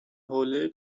حوله